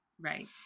Right